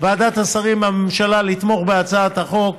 ועדת השרים מהממשלה היא לתמוך בהצעת החוק,